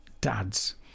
dads